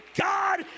God